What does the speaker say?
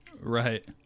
Right